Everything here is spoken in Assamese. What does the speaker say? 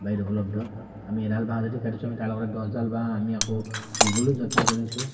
বাৰীত উপলব্ধ আমি এডাল বাঁহ যদি কাটিছোঁ আমি তাৰ লগতে দছডাল বাঁহ আমি আকৌ ৰুবলৈ যত্ন কৰিছোঁ